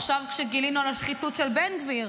עכשיו גילינו על השחיתות של בן גביר